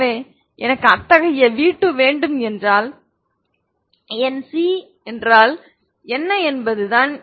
எனவே எனக்கு அத்தகைய v2 வேண்டும் என்றால் என் c என்றால் என்ன என்பதுதான்